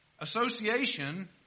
association